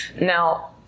Now